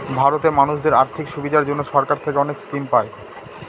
ভারতে মানুষদের আর্থিক সুবিধার জন্য সরকার থেকে অনেক স্কিম পায়